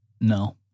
No